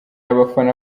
abafana